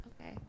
Okay